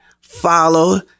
Follow